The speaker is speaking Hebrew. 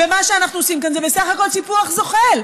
מה שאנחנו עושים כאן זה בסך הכול סיפוח זוחל.